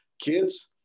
kids